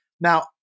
Now